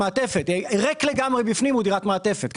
וריק לגמרי בפנים זו דירת מעטפת.